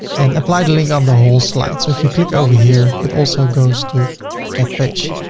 and apply the link on the whole slide. so if you click over here, it also goes to that page.